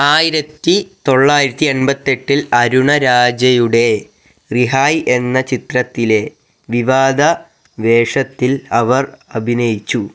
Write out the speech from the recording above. ആയിരത്തി തൊള്ളായിരത്തി എൺപത്തെട്ടിൽ അരുണ രാജെയുടെ റിഹായ് എന്ന ചിത്രത്തിലെ വിവാദ വേഷത്തിൽ അവർ അഭിനയിച്ചു